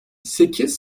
sekiz